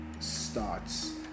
starts